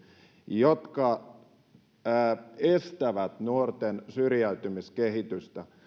jotka estävät nuorten syrjäytymiskehitystä